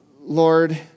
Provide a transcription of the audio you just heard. Lord